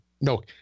No